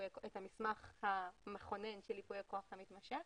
המסמך המכונן של ייפוי הכוח המתמשך